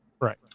right